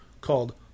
called